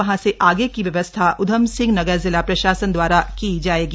वहां से आगे की व्यवस्था उधमसिंह नगर जिला प्रशासन दवारा की जायेगी